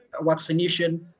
vaccination